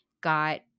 got